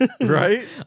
Right